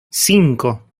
cinco